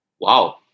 wow